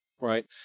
right